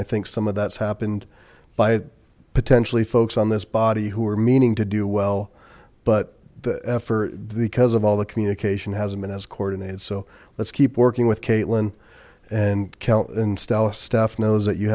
i think some of that's happened by potentially folks on this body who were meaning to do well but the effort because of all the communication hasn't been as coordinated so let's keep working with kaitlyn and count and style if staff knows